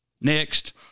next